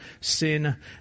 sin